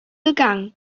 gegangen